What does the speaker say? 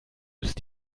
ist